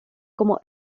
como